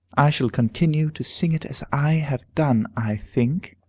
i shall continue to sing it as i have done, i think.